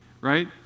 right